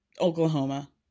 Oklahoma